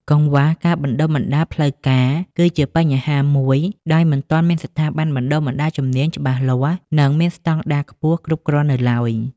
កង្វះការបណ្តុះបណ្តាលផ្លូវការ គឺជាបញ្ហាមួយ ដោយមិនទាន់មានស្ថាប័នបណ្តុះបណ្តាលជំនាញច្បាស់លាស់ និងមានស្តង់ដារខ្ពស់គ្រប់គ្រាន់នៅឡើយ។